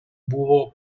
buvo